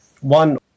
one